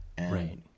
Right